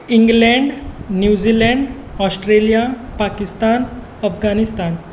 England New Zealand Australia Pakistan Afghanistan